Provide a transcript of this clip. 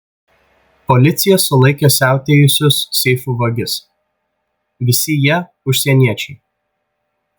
policija sulaikė siautėjusius seifų vagis visi jie užsieniečiai